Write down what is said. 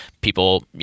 people